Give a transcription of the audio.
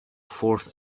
fourth